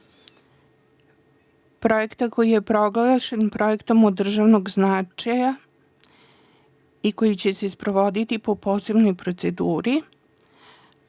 projekta koji je proglašen projektom od državnog značaja i koji će sprovoditi po posebnoj proceduri,